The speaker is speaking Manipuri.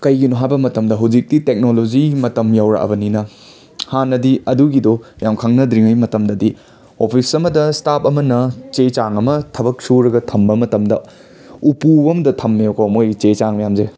ꯀꯩꯒꯤꯅꯣ ꯍꯥꯏꯕ ꯃꯇꯝꯗ ꯍꯧꯖꯤꯛꯇꯤ ꯇꯦꯛꯅꯣꯂꯣꯖꯤꯒꯤ ꯃꯇꯝ ꯌꯧꯔꯛꯑꯕꯅꯤꯅ ꯍꯥꯟꯅꯗꯤ ꯑꯗꯨꯒꯤꯗꯣ ꯌꯥꯝ ꯈꯪꯅꯗ꯭ꯔꯤꯉꯩ ꯃꯇꯝꯗꯗꯤ ꯑꯣꯐꯤꯁ ꯑꯃꯗ ꯁ꯭ꯇꯥꯐ ꯑꯃꯅ ꯆꯦ ꯆꯥꯡ ꯑꯃ ꯊꯕꯛ ꯁꯨꯔꯒ ꯊꯝꯕ ꯃꯇꯝꯗ ꯎꯄꯨ ꯑꯃꯗ ꯊꯝꯃꯦꯕꯀꯣ ꯃꯣꯏꯒꯤ ꯆꯦ ꯆꯥꯡ ꯃꯌꯥꯃꯁꯦ